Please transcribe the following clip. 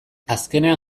azkenean